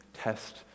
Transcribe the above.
test